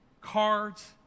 cards